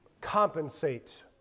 compensate